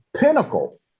pinnacle